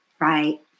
Right